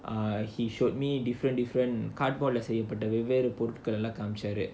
err he showed me different different cardboard lah save பண்றது எல்லாம் காமிச்சாரு:pandrathu ellaam kaamichaaru